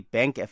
Bank